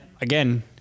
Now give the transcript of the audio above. again